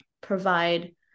provide